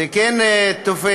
זה כן תופס,